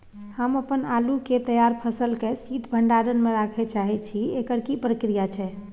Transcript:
हम अपन आलू के तैयार फसल के शीत भंडार में रखै लेल चाहे छी, एकर की प्रक्रिया छै?